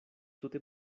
tute